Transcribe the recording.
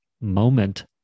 moment